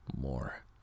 more